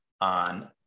on